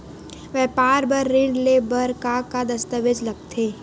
व्यापार बर ऋण ले बर का का दस्तावेज लगथे?